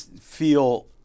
feel